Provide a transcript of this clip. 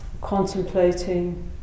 contemplating